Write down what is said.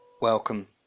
Welcome